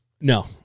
no